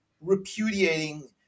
repudiating